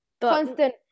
constant